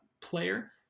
player